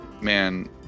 man